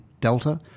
delta